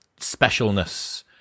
specialness